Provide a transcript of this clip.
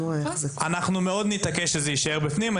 אנחנו מאוד נתעקש שזה יישאר בפנים.